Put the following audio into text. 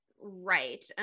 right